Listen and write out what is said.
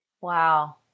Wow